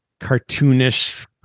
cartoonish